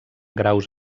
graus